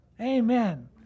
Amen